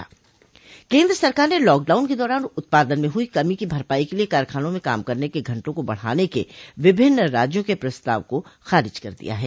केन्द्र सरकार ने लॉकडाउन के दौरान उत्पादन में हुई कमी की भरपाई के लिए कारखानों में काम करने क घंटों को बढ़ाने के विभिन्न राज्य सरकारों के प्रस्ताव को खारिज कर दिया है